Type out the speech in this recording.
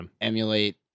emulate